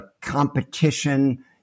competition